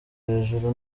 hejuru